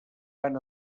van